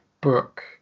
book